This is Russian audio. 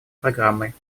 программой